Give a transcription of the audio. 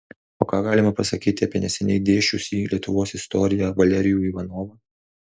o ką galime pasakyti apie neseniai dėsčiusį lietuvos istoriją valerijų ivanovą